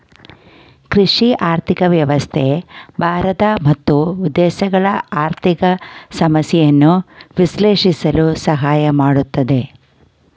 ಕೃಷಿ ಆರ್ಥಿಕ ವ್ಯವಸ್ಥೆ ಭಾರತ ಮತ್ತು ವಿದೇಶಗಳ ಆರ್ಥಿಕ ಸಮಸ್ಯೆಯನ್ನು ವಿಶ್ಲೇಷಿಸಲು ಸಹಾಯ ಮಾಡುತ್ತದೆ